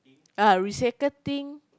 ah recycle thing